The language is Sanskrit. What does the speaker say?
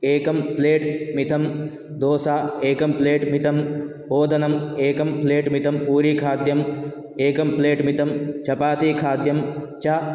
एकं प्लेट्मितं दोसा एकं प्लेट्मितं ओदनम् एकं प्लेट्मितं पुरीखाद्यं एकं प्लेट्मितं चपातिखाद्यं च